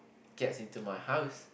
gets into my house